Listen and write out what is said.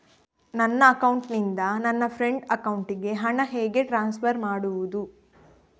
ನನ್ನ ಅಕೌಂಟಿನಿಂದ ನನ್ನ ಫ್ರೆಂಡ್ ಅಕೌಂಟಿಗೆ ಹಣ ಹೇಗೆ ಟ್ರಾನ್ಸ್ಫರ್ ಮಾಡುವುದು?